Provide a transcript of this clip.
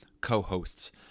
co-hosts